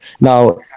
Now